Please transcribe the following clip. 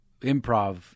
improv